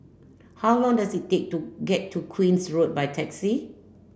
how long does it take to get to Queen's Road by taxi